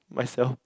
myself